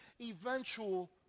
eventual